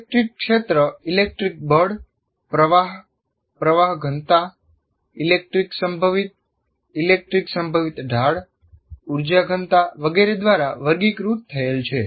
electric ક્ષેત્ર electric બળ પ્રવાહ પ્રવાહ ઘનતા ઇલેક્ટ્રિક સંભવિત ઇલેક્ટ્રિક સંભવિત ઢાળ ઉર્જા ઘનતા વગેરે દ્વારા વર્ગીકૃત થયેલ છે